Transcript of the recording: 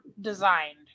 designed